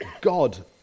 God